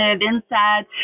Inside